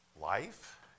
life